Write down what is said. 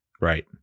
right